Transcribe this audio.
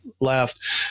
left